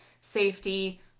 Safety